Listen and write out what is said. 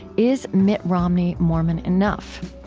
is mitt romney mormon enough?